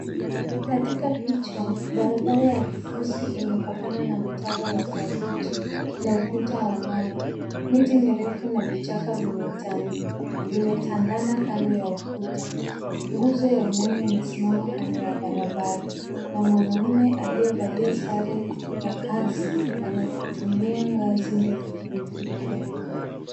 Katika picha, barabara ya kifusi imepakana na mtaro wa saruji na ukuta wa mawe. Miti mirefu na vichaka vimetandana kando ya ukuta. Nguzo ya umeme imesimama kando ya barabara na mwanaume aliyevalia sare ya kazi anatumia ngazi ndefu kuifikia.